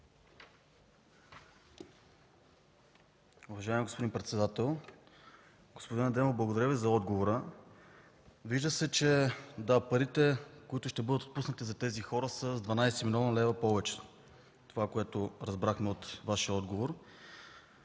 Уважаеми господин председател! Господин Адемов, благодаря Ви за отговора. Вижда се, че парите, които ще бъдат отпуснати за тези хора, са 12 млн. лв. повече – това е, което разбрахме от Вашия отговор,